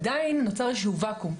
עדיין נוצר איזשהו ואקום,